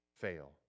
fail